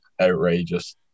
outrageous